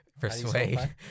Persuade